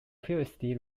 previously